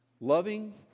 Loving